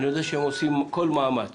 אני יודע שהם עושים כל מאמץ